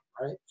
right